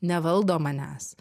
nevaldo manęs